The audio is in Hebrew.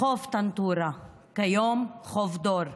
בחוף טנטורה, כיום חוף דור,